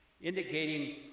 indicating